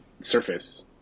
surface